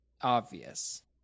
obvious